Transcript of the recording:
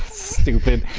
stupid.